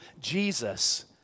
Jesus